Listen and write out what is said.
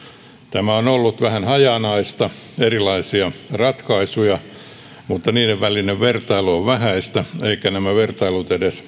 tämä on ollut vähän hajanaista on erilaisia ratkaisuja mutta niiden välinen vertailu on vähäistä eivätkä nämä vertailut edes